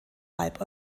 halb